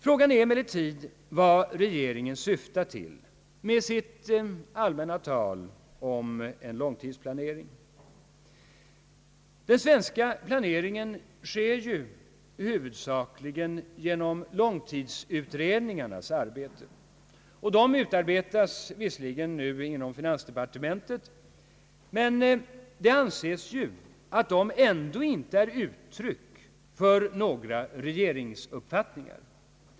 Frågan är emellertid vad regeringen syftar till med sitt allmänna tal om en <långtidsplanering. Den svenska planeringen sker ju huvudsakligen genom långtidsutredningarnas arbete. Dessa utarbetas visserligen inom finansdepartementet, men de anses ändå inte vara uttryck för några regeringsuppfattningar.